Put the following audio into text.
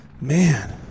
man